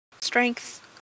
Strength